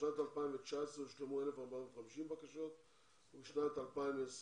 בשנת 2019 הושלמו 1,450 בקשות ובשנת 2020,